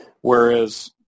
whereas